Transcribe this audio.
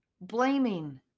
blaming